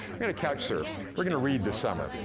we're gonna couch surf. we're gonna read this summer.